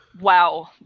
wow